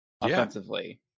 offensively